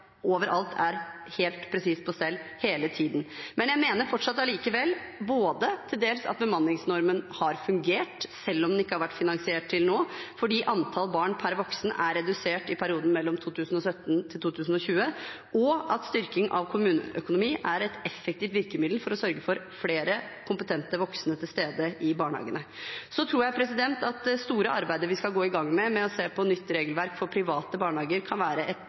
er helt presis på stell hele tiden. Jeg mener fortsatt allikevel både til dels at bemanningsnormen har fungert, selv om den ikke har vært finansiert til nå, fordi antall barn per voksen er redusert i perioden mellom 2017 og 2020, og at styrking av kommuneøkonomi er et effektivt virkemiddel for å sørge for flere kompetente voksne til stede i barnehagene. Så tror jeg at det store arbeidet vi skal gå i gang med, med å se på nytt regelverk for private barnehager, kan være et